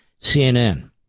CNN